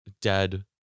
dead